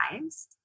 lives